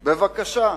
בבקשה,